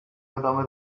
ادامه